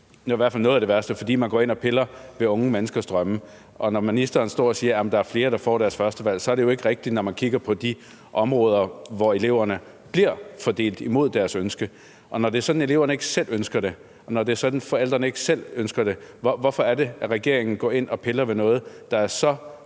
fald noget af det værste, for man går ind og piller ved unge menneskers drømme, og når ministeren står og siger, at der er flere, der får deres førstevalg, så er det jo ikke rigtigt, når man kigger på de områder, hvor eleverne bliver fordelt imod deres ønske. Når det er sådan, at eleverne ikke selv ønsker det, og når det sådan, at forældrene ikke selv ønsker det, hvorfor er det så, at regeringen går ind og piller ved det? Hvorfor piller